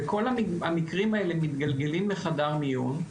וכל המקרים האלה מתגלגלים לחדר מיון,